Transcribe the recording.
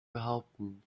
behaupten